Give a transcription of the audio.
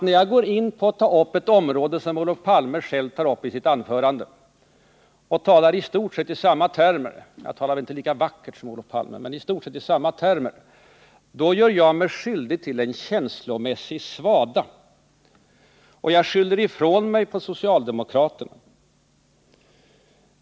När jag går in på ett område som Olof Palme själv har behandlat i sitt anförande och talar i stort sett i samma termer — även om jag inte talar lika vackert som Olof Palme — gör jag mig enligt honom skyldig till en ”känslomässig svada” och skyller ifrån mig på socialdemokraterna.